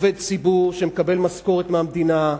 עובד ציבור שמקבל משכורת מהמדינה,